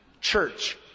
church